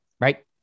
Right